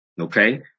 Okay